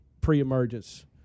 pre-emergence